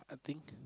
I think